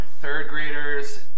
third-graders